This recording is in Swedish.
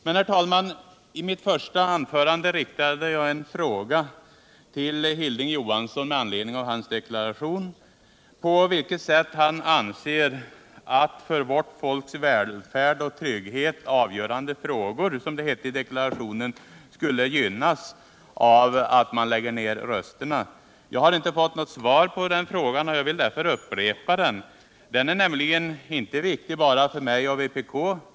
Men, herr talman, i mitt första anförande riktade jag en fråga till Hilding Johansson, med anledning av hans deklaration, om på vilket sätt han anser att ”för vårt folks välfärd och trygghet avgörande frågor”, som det hette i deklarationen, skulle gynnas av att man lägger ned rösterna. Jag har inte fått något svar på den frågan och vill därför upprepa den. Den är nämligen viktig inte bara för mig och vpk.